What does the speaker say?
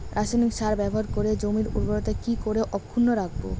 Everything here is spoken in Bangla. রাসায়নিক সার ব্যবহার করে জমির উর্বরতা কি করে অক্ষুণ্ন রাখবো